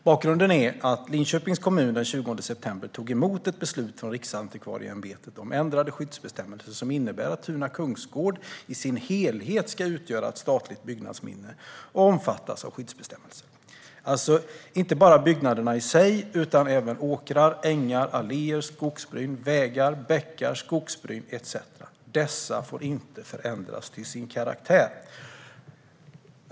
Bakgrunden är att Linköpings kommun den 20 september tog emot ett beslut från Riksantikvarieämbetet om ändrade skyddsbestämmelser, som innebär att Tuna kungsgård i sin helhet ska utgöra statligt byggnadsminne och omfattas av skyddsbestämmelser. Det är alltså inte bara byggnaderna i sig utan även åkrar, ängar, alléer, skogsbryn, vägar, bäckar etcetera som inte får förändras till sin karaktär.